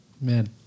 Man